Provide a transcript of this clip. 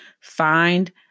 find